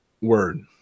Word